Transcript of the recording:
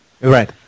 Right